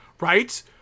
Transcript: Right